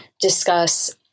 discuss